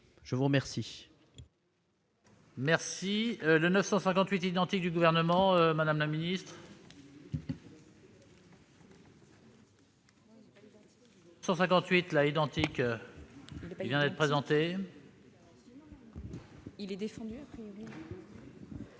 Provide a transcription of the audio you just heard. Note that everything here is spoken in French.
Je veux remercier